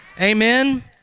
Amen